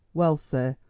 well, sir,